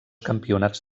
campionats